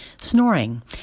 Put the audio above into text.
Snoring